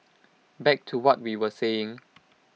back to what we were saying